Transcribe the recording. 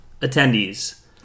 attendees